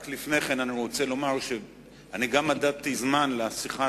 רק לפני כן אני רוצה לומר שמדדתי זמן גם לשיחה